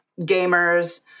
gamers